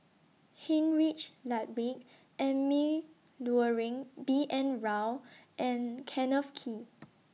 Heinrich Ludwig Emil Luering B N Rao and Kenneth Kee